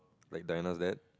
like Diana that